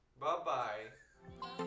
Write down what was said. Bye-bye